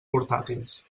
portàtils